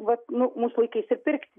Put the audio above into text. vat nu mūsų laikais ir pirkti